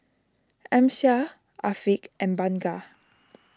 Amsyar Afiq and Bunga